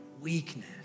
weakness